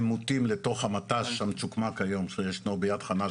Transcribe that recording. הם מוטים לתוך המט"ש המצ'וקמק היום שישנו ביד חנה,